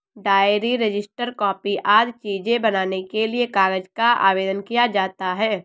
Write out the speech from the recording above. diary, register, copy आदि चीजें बनाने के लिए कागज का आवेदन किया जाता है